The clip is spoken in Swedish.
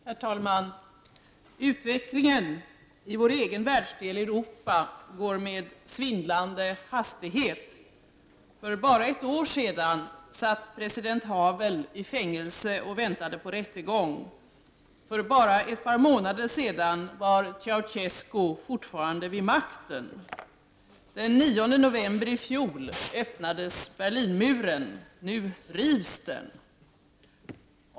Herr talman! Utvecklingen i vår egen världsdel, Europa, går med svindlande hastighet. För bara ett år sedan satt president Havel i fängelse och väntade på rättegång. För bara ett par månader sedan var Ceausescu fortfarande vid makten. Den 9 november i fjol öppnades Berlinmuren. Nu rivs den.